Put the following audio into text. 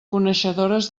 coneixedores